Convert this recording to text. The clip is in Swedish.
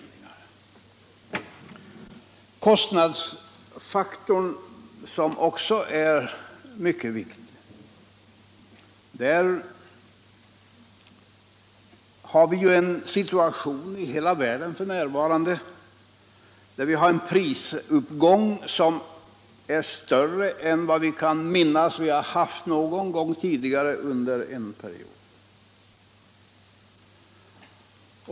När det gäller kostnadsfaktorn — som också är en mycket viktig fråga — är situationen f. n. sådan i hela världen att den tidsåtgång vi har är större än vad vi kan minnas ha existerat någon gång tidigare under en period.